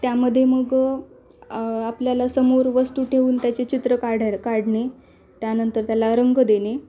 त्यामध्ये मग आपल्याला समोर वस्तू ठेवून त्याचे चित्र काढाय काढणे त्यानंतर त्याला रंग देणे